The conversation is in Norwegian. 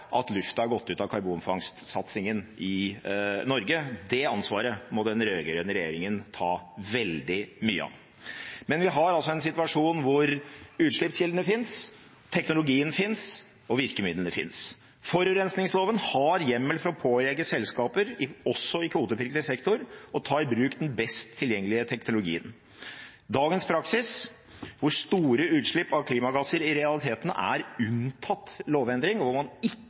ta veldig mye av. Vi har altså en situasjon hvor utslippskildene finnes, teknologien finnes, og virkemidlene finnes. Forurensningsloven har hjemmel for å pålegge selskaper, også i kvotepliktig sektor, å ta i bruk den best tilgjengelige teknologien. Dagens praksis, hvor store utslipp av klimagasser i realiteten er unntatt lovendring, og hvor man ikke